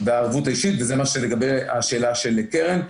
והערבות האישית, ולגבי השאלה של קרן.